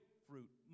fruit